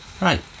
Right